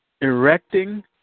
erecting